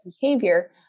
behavior